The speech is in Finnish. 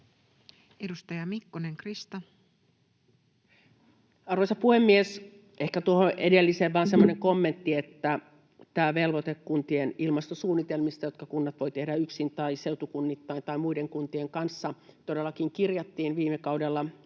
20:44 Content: Arvoisa puhemies! Ehkä tuohon edelliseen vain semmoinen kommentti, että tämä velvoite kuntien ilmastosuunnitelmista, jotka kunnat voivat tehdä yksin tai seutukunnittain tai muiden kuntien kanssa, todellakin kirjattiin viime kaudella